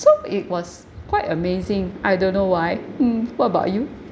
so it was quite amazing I don't know why mm what about you